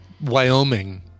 Wyoming